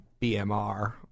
BMR